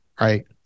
right